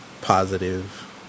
positive